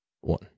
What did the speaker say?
one